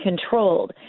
controlled